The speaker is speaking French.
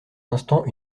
instants